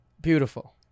Beautiful